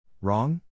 Wrong